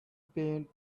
paint